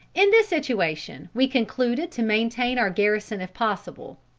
in this situation we concluded to maintain our garrison if possible.